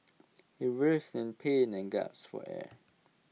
he writhed in pain and gasped for air